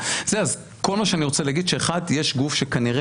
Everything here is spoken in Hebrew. אז כל מה שאני רוצה להגיד זה שיש גוף שכנראה